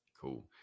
Cool